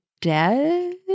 dead